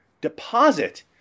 deposit